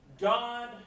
God